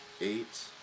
Eight